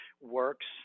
works